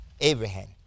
Abraham